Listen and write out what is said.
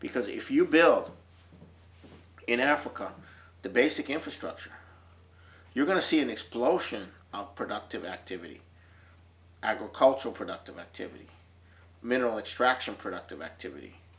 because if you build in africa the basic infrastructure you're going to see an explosion of productive activity agricultural productive activity mineral extraction productive activity